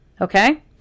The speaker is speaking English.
Okay